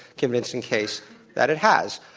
convincing case that it has,